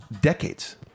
decades